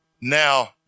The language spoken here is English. now